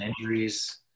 injuries